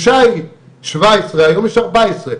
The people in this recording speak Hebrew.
בשיט היו שבע עשרה, היום יש ארבע עשרה.